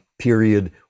Period